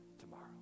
tomorrow